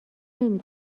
نمی